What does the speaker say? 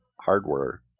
hardware